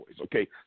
okay